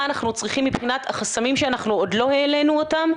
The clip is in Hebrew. אנחנו צריכים מבחינת החסמים שעוד לא העלינו אותם,